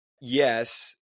yes